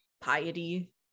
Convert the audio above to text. piety